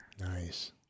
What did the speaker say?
Nice